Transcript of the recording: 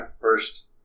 first